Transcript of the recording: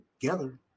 together